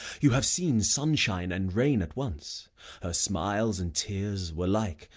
you have seen sunshine and rain at once her smiles and tears were like,